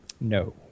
No